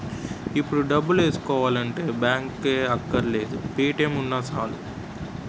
ఇప్పుడు డబ్బులేసుకోవాలంటే బాంకే అక్కర్లేదు పే.టి.ఎం ఉన్నా చాలు